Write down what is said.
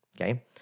Okay